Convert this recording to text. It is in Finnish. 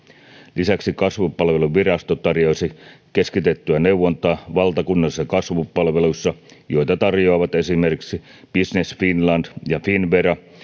lisäksi kasvupalveluvirasto tarjoaisi keskitettyä neuvontaa valtakunnallisissa kasvupalveluissa joita tarjoavat esimerkiksi business finland ja finnvera